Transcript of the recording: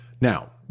Now